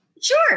Sure